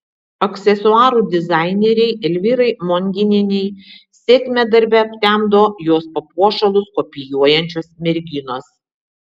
aksesuarų dizainerei elvyrai monginienei sėkmę darbe aptemdo jos papuošalus kopijuojančios merginos